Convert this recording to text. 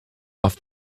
off